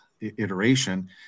iteration